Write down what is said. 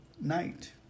night